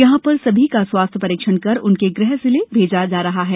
यहाँ पर सभी का स्वास्थ्य परीक्षण कर उनके गृह जिले भेजा जा रहा है